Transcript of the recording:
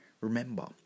remember